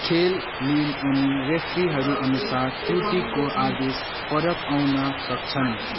खेल लिन अनि रेफ्रीहरू अनुसार त्रुटिको आदेश फरक आउन सक्छन्